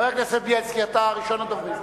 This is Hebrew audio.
ראשון הדוברים,